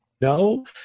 No